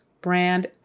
Brand